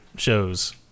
Shows